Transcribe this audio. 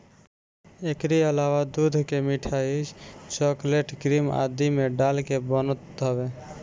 एकरी अलावा दूध के मिठाई, चोकलेट, क्रीम आदि में डाल के बनत हवे